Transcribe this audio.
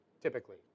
typically